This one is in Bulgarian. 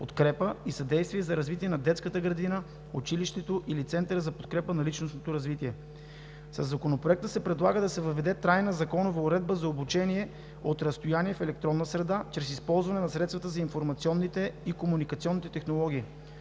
подкрепа и съдействие за развитие на детската градина, училището или центъра за подкрепа за личностно развитие. Със Законопроекта се предлага да се въведе трайна законова уредба на обучение от разстояние в електронна среда чрез използване на средствата на информационните и комуникационните технологии.